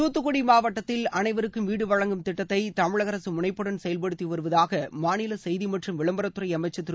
தூத்துக்குடி மாவட்டத்தில் அனைவருக்கும் வீடு வழங்கும் திட்டத்தை தமிழக அரசு முனைப்புடன் செயல்படுத்தி வருவதாக மாநில செய்தி மற்றும் விளம்பரத்துறை அமைச்சர் திரு